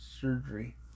surgery